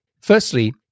Firstly